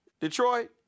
Detroit